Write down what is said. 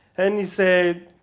and he said,